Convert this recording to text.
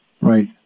Right